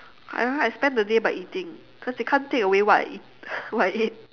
I remember I spend the day by eating cause they can't take away what I eat what I ate